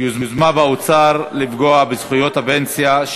בהשתתפות שר האוצר וראש הממשלה.